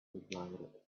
blinded